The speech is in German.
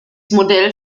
modell